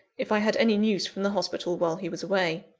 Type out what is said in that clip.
if i had any news from the hospital while he was away.